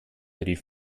rief